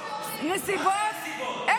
הנסיבות, הנסיבות, רק הנסיבות.